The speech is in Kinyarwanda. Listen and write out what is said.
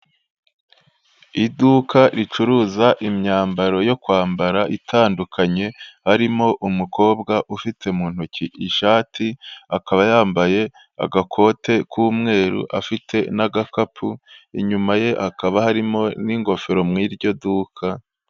Iduka ricuruza imyambaro yo kwambara itandukanye, harimo umukobwa ufite mu ntoki ishati, akaba yambaye agakote k'umweru, afite n'agakapu, inyuma ye hakaba harimo n'ingofero muri iryo duka.